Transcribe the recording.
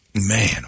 Man